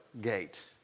gate